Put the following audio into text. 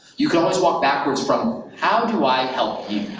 you can always walk backwards from, how do i help you?